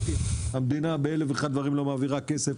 המדינה באלף ואחד דברים לא מעבירה כסף,